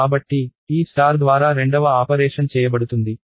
కాబట్టి ఈ స్టార్ ద్వారా రెండవ ఆపరేషన్ చేయబడుతుంది